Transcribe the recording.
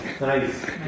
Nice